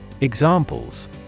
Examples